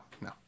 No